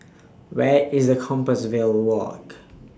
Where IS The Compassvale Walk